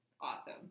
awesome